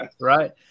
right